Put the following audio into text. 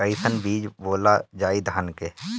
कईसन बीज बोअल जाई धान के?